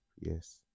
yes